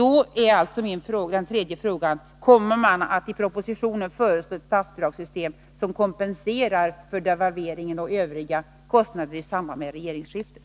Därför blir min sista fråga: Kommer man i propositionen att föreslå ett statsbidragssystem som kompenserar för devalveringen och övriga kostnader i samband med regeringsskiftet?